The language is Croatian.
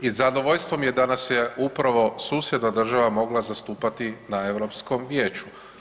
I zadovoljstvo mi je da nas je upravo susjedna država mogla zastupati na Europskom Vijeću.